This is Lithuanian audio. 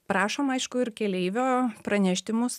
prašom aišku ir keleivio praneši mus